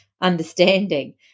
understanding